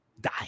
die